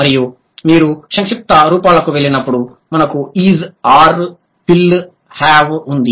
మరియు మీరు సంక్షిప్త రూపాలకు వెళ్లినప్పుడు మనకు ఐస్ అర్ విల్ హవ్ ఉంది